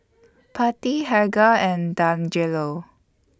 Pattie Helga and Dangelo